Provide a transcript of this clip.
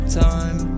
time